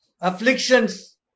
afflictions